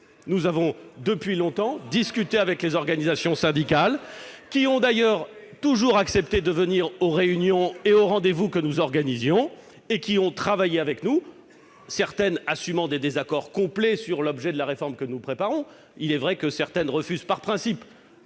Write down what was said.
Nous discutons depuis longtemps avec les organisations syndicales, qui ont d'ailleurs toujours accepté de venir aux réunions et aux rendez-vous que nous organisions et qui ont travaillé avec nous, certaines assumant des désaccords complets sur l'objet de la réforme que nous préparons. Il est vrai que certaines refusent par principe